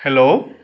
hello